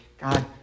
God